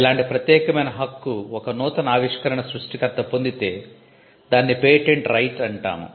ఇలాంటి ప్రత్యేకమైన హక్కు ఒక నూతన ఆవిష్కరణ సృష్టికర్త పొందితే దాన్ని పేటెంట్ రైట్ అంటాము